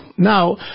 Now